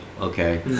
Okay